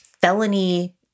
felony